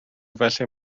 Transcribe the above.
felly